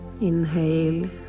Inhale